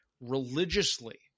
religiously